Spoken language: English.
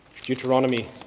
Deuteronomy